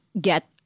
get